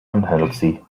unhealthy